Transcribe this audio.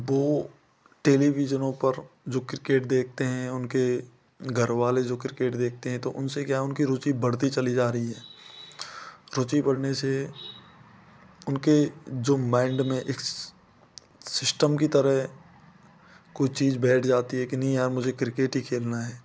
वो जो टेलीविजनों पर जो क्रिकेट देखते हैं उनके घरवाले जो क्रिकेट देखते हैं उससे क्या है उनकी रुचि बढ़ती जा रही है रुचि बढ़ने से उनके जो माइंड में सिस्टम की तरह कुछ चीज़ बैठ जाती है कि नहीं मुझे अब क्रिकेट ही खेलना है